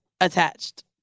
attached